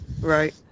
Right